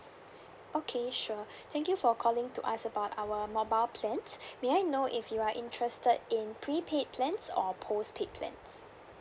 okay sure thank you for calling to ask about our mobile plans may I know if you are interested in prepaid plans or postpaid plans